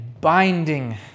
binding